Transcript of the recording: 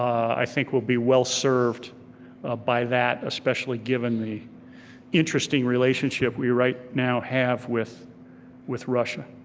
i think we'll be well served ah by that, especially given the interesting relationship we right now have with with russia.